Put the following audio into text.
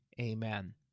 Amen